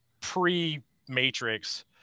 pre-Matrix